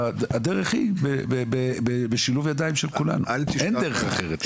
הדרך היא בשילוב ידיים של כולנו אין דרך אחרת,